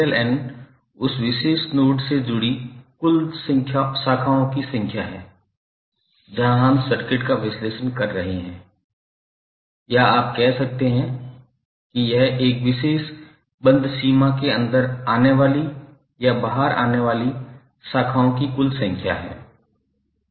N क्या है N उस विशेष नोड से जुड़ी कुल शाखाओं की संख्या है जहाँ हम सर्किट का विश्लेषण कर रहे हैं या आप कह सकते हैं कि यह एक विशेष बंद सीमा से अंदर आने वाली या बाहर आने वाली शाखाओं की कुल संख्या है